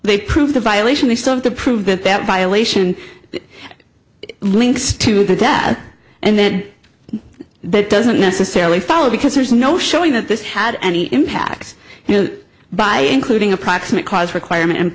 they prove the violation they still have to prove that that violation links to that and then that doesn't necessarily follow because there's no showing that this had any impact by including a proximate cause requirement and